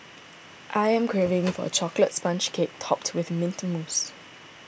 I am craving for a Chocolate Sponge Cake Topped with Mint Mousse